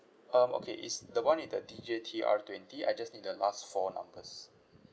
um okay it's the one with the D_J_T_R twenty I just need the last four numbers